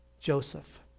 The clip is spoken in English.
Joseph